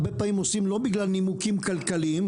הרבה פעמים עושים לא מנימוקים כלכליים,